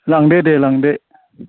लांदो दे लांदो